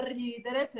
ridere